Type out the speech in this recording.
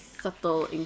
subtle